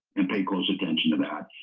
and pay close attention to that,